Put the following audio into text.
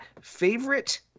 Favorite